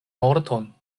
morton